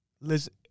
listen